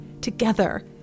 Together